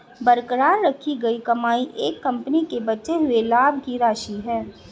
बरकरार रखी गई कमाई एक कंपनी के बचे हुए लाभ की राशि है